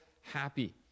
happy